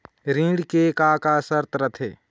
ऋण के का का शर्त रथे?